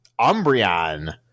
Umbreon